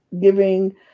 giving